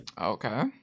okay